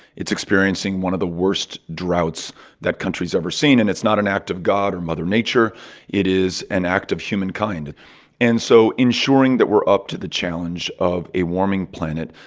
it's experiencing one of the worst droughts that country's ever seen. and it's not an act of god or mother nature it is an act of humankind and so ensuring that we're up to the challenge of a warming planet,